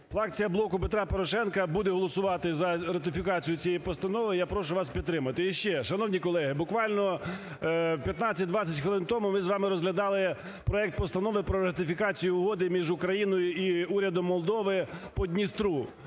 Фракція "Блоку Петра Порошенка" буде голосувати за ратифікацію цієї постанови. І я прошу вас підтримати. І ще. Шановні колеги, буквально 15-20 хвилин тому ми з вами розглядали проект Постанови про ратифікацію Угоди між Україною і Урядом Молдови по Дністру,